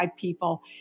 people